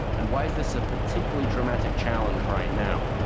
and why is this a particularly dramatic challenge right now?